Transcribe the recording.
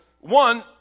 one